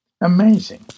Amazing